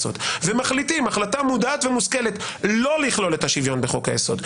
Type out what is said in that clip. ומחליטים החלטה מודעת ומושכלת לא לכלול את השוויון בחוק היסוד,